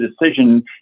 decision